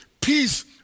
Peace